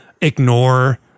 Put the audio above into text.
ignore